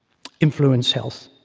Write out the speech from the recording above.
influence health.